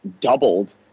doubled